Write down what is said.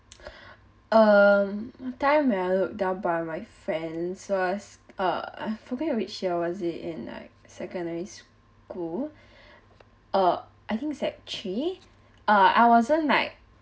um time when I was looked down by my friends was err I forget which year was it in like secondary school uh I think sec three uh I wasn't like